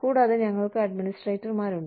കൂടാതെ ഞങ്ങൾക്ക് അഡ്മിനിസ്ട്രേറ്റർമാരുണ്ട്